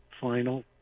final